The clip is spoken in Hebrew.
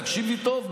תקשיבי טוב.